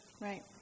right